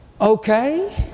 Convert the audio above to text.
okay